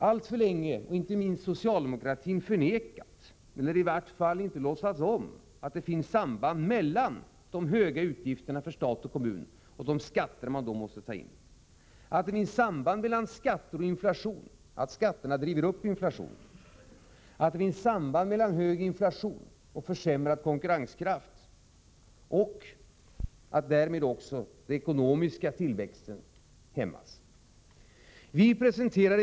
Alldeles för länge har inte minst socialdemokratin förnekat eller i vart fall inte låtsats om att det finns samband mellan de höga utgifterna för stat och kommun och de skatter man måste ta in, att det finns samband mellan skatter och inflation så att skatterna driver upp inflationen, att det finns samband mellan hög inflation och försämrad konkurrenskraft och att den ekonomiska tillväxten därmed hämmas.